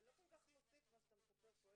בעיקר אנחנו עוסקים בהשלכות המעבר